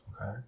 Okay